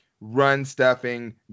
run-stuffing